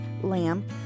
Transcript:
lamb